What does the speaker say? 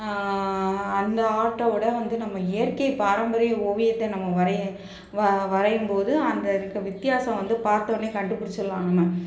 அந்த ஆர்ட்டோடு வந்து நம்ம இயற்கை பாரம்பரியம் ஓவியத்தை நம்ம வரையி வ வரையும்போது அந்த இருக்கற வித்தியாசம் வந்து பார்த்தோன்னே கண்டுபிடிச்சிட்லாம் நம்ம